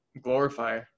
glorify